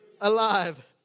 alive